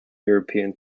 european